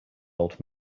old